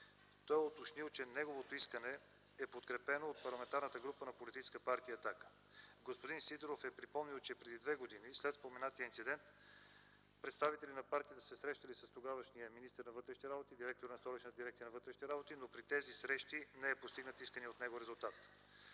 Той е уточнил, че неговото искане е подкрепено от Парламентарната група на Политическа партия „Атака”. Господин Сидеров е припомнил, че преди две години след споменатия инцидент представители на партията са се срещали с тогавашния министър на вътрешните работи и директора на Столичната дирекция на вътрешните работи, но при тези срещи не е постигнат исканият от него резултат.